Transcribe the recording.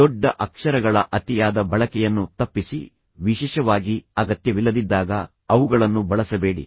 ದೊಡ್ಡ ಅಕ್ಷರಗಳ ಅತಿಯಾದ ಬಳಕೆಯನ್ನು ತಪ್ಪಿಸಿ ವಿಶೇಷವಾಗಿ ಅಗತ್ಯವಿಲ್ಲದಿದ್ದಾಗ ಅವುಗಳನ್ನು ಬಳಸಬೇಡಿ